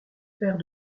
paires